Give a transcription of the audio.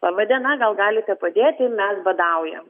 laba diena gal galite padėti mes badaujam